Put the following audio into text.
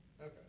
Okay